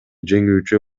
жеңүүчү